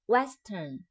Western